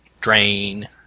drain